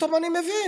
פתאום אני מבין.